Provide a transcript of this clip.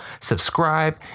Subscribe